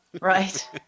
Right